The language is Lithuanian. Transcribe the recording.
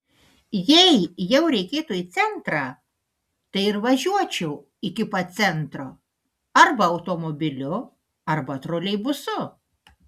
jei jau reikėtų į centrą tai ir važiuočiau iki pat centro arba automobiliu arba troleibusu